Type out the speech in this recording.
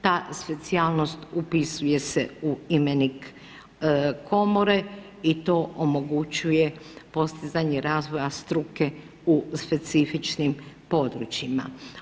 Ta specijalnost upisuje se u imenik komore i to omogućuje postizanje razvoja struke u specifičnim područjima.